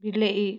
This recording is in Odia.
ବିଲେଇ